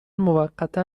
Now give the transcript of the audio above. موقتا